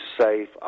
safe